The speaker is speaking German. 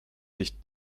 sich